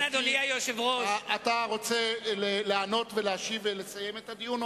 אתה רוצה לענות ולהשיב ולסיים את הדיון?